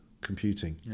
computing